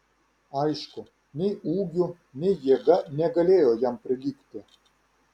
aišku nei ūgiu nei jėga negalėjo jam prilygti